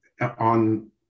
on